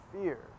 fear